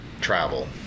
travel